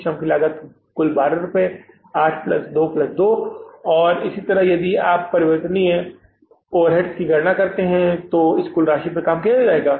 यह श्रम लागत कुल 12 रुपये 8 प्लस 2 प्लस 2 है और इसी तरह यदि आप यहां पर परिवर्तनीय ओवरहेड की गणना करते हैं तो कुल राशि पर काम किया जाएगा